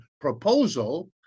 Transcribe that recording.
proposal